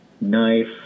Knife